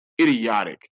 idiotic